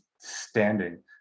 standing